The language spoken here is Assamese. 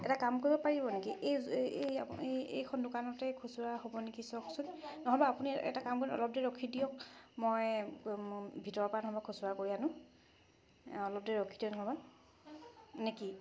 এটা কাম কৰিব পাৰিম নেকি এই এই এই এইখন দোকানতে খুচুৰা হ'ব নেকি চাওকচোন নহ'লেবা আপুনি এটা কাম কৰক অলপ দেৰি ৰখি দিয়ক মই ভিতৰৰ পৰা নহ'লেবা খুচুৰা কৰি আনো অলপ দেৰি ৰখি দিয়ক নহয় বা নে কি